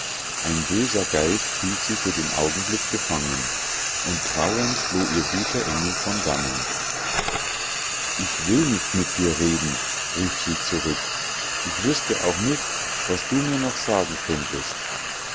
ein böser geist hielt sie für den augenblick gefangen und trauernd floh ihr guter engel von dannen ich will nicht mit dir reden rief sie zurück ich wüßte auch nicht was du mir noch sagen könntest